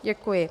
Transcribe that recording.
Děkuji.